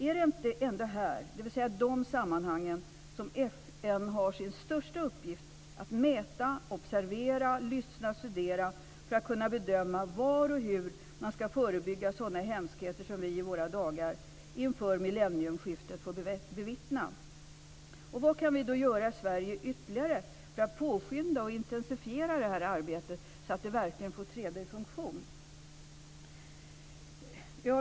Är det ändå inte i dessa sammanhang som FN har sin största uppgift att mäta, observera, lyssna och studera för att kunna bedöma var och hur man skall förebygga sådana hemskheter som vi i våra dagar får bevittna inför millennieskiftet? Vad kan då vi i Sverige göra ytterligare för att påskynda och intensifiera detta arbete så att det verkligen får träda i funktion?